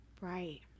Right